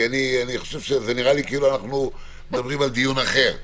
כי זה נראה לי שכאילו אנחנו מדברים על דיון אחר,